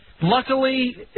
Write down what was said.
luckily